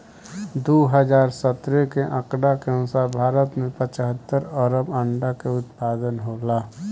दू हज़ार सत्रह के आंकड़ा के अनुसार भारत में पचहत्तर अरब अंडा कअ उत्पादन होला